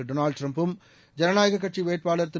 Donald டிரம்ப்பும் ஜனநாயக கட்சி வேட்பாளர் திரு